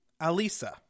Alisa